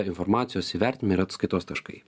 informacijos įvertinime yra atskaitos taškai